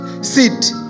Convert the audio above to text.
sit